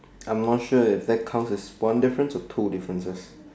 I am not sure if that comes with one difference or two differences